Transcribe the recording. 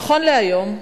נכון להיום,